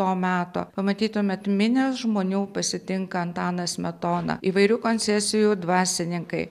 to meto pamatytumėt minios žmonių pasitinka antaną smetoną įvairių konsesijų dvasininkai